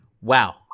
wow